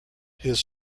his